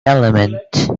element